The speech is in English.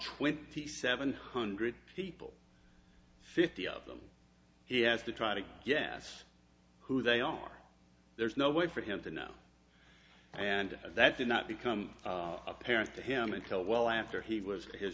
twenty seven hundred people fifty of them he has to try to guess who they are there's no way for him to know and that did not become apparent to him until well after he was his